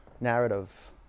narrative